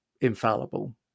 infallible